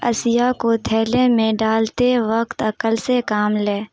اشیاء کو تھیلے میں ڈالتے وقت عقل سے کام لیں